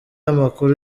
amakuru